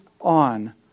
on